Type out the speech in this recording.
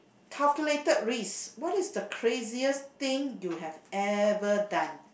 calculated risk what is the craziest thing you have ever done